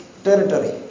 territory